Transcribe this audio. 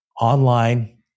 online